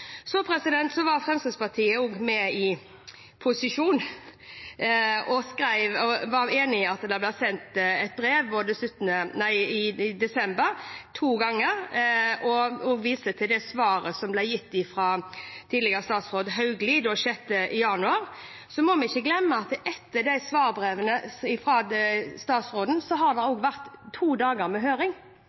så grundig i sitt arbeid med denne saken. Jeg ser fram til det granskningsutvalget, som også vil se på selve saken, kommer fram til. Fremskrittspartiet var også med i posisjon og var enig i at det ble sendt et brev i desember, to ganger, og viser til svaret som ble gitt fra tidligere statsråd Hauglie den 6. januar. Vi må ikke glemme at etter svarbrevene fra statsråden har det vært to dager med høring.